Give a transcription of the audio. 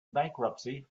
bankruptcy